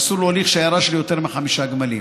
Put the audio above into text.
אסור להוליך שיירה של יותר מחמישה גמלים.